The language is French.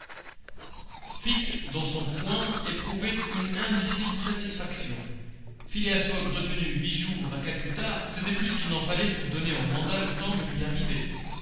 fix dans son coin éprouvait une indicible satisfaction phileas fogg retenu huit jours à calcutta c'était plus qu'il n'en fallait pour donner au mandat le temps de lui arriver